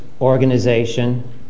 organization